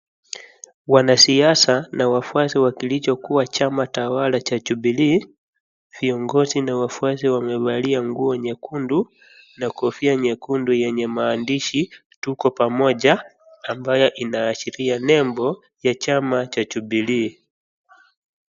Wanasiasa na wafuasi wakilicho kuwa chama tawala cha Jubilee, viongozi na wafuasi wamevalia nguo nyekundu na kofia nyekundu yenye maandishi 'TuKO PAMOJA' ambayo inaashiria nembo ya chama cha Jubilee.